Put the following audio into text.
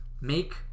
Make